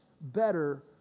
better